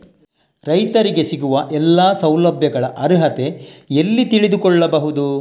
ರೈತರಿಗೆ ಸಿಗುವ ಎಲ್ಲಾ ಸೌಲಭ್ಯಗಳ ಅರ್ಹತೆ ಎಲ್ಲಿ ತಿಳಿದುಕೊಳ್ಳಬಹುದು?